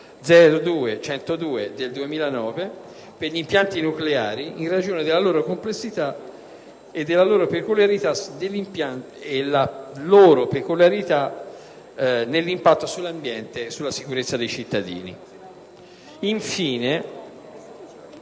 n. 102, per gli impianti nucleari, in ragione della loro complessità e della loro peculiarità nell'impatto sull'ambiente e sulla sicurezza dei cittadini.